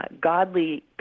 godly